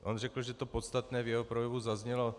On řekl, že to podstatné v jeho projevu zaznělo.